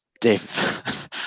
Dave